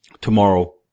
Tomorrow